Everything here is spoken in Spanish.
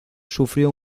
sufrió